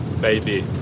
baby